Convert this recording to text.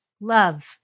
love